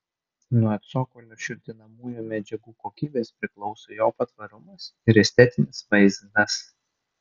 nuo cokolio šiltinamųjų medžiagų kokybės priklauso jo patvarumas ir estetinis vaizdas